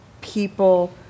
people